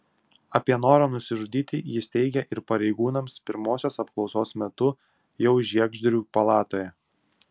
apie norą nusižudyti jis teigė ir pareigūnams pirmosios apklausos metu jau žiegždrių palatoje